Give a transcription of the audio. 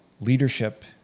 leadership